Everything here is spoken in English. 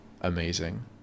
Amazing